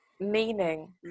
meaning